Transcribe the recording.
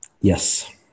Yes